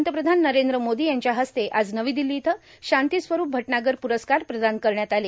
पंतप्रधान नरद्र मोर्दो यांच्या हस्ते आज नवी र्दिल्लो इथं शांती स्वरूप भटनागर प्रस्कार प्रदान करणार आले